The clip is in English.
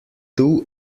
two